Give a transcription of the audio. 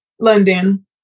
London